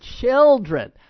children